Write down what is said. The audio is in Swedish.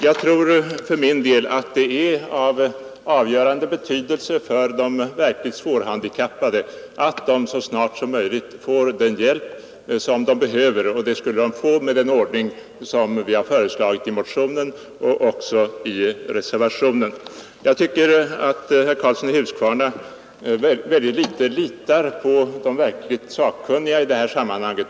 Jag tror för min del att det är av avgörande betydelse för de verkligt svårt handikappade att de så snart som möjligt får den hjälp som de behöver. Det skulle de få med den ordning som vi har föreslagit i motionen och i reservationen. Jag tycker att herr Karlsson i Huskvarna väldigt lite litar på de verkligt sakkunniga i detta sammanhang.